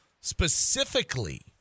specifically